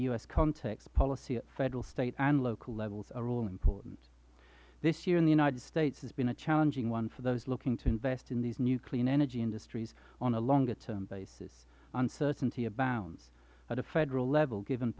s context policy at federal state and local levels are all important this year in the united states has been a challenging one for those looking to invest in these new clean energy industries on a longer term basis uncertainty abounds at the federal level given